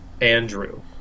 Andrew